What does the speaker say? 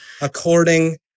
according